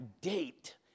date